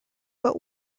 but